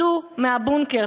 צאו מהבונקר.